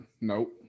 Nope